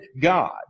God